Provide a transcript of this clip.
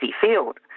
field